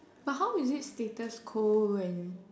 but how is it status quo when